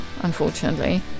unfortunately